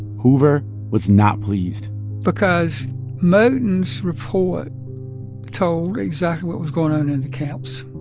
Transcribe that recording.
hoover was not pleased because moton's report told exactly what was going on in the camps,